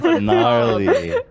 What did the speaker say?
gnarly